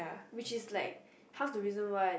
which is like half to reason why